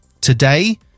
Today